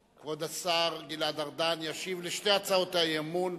כבוד השר גלעד ארדן ישיב על שתי הצעות האי-אמון.